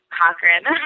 Cochran